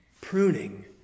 Pruning